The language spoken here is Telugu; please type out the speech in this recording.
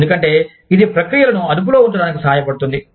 ఎందుకంటే ఇది ప్రక్రియలను అదుపులో ఉంచడానికి సహాయపడుతుంది